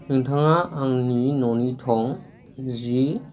नोंथाङा आंनि ननि थं जि